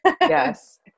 yes